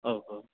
अह अह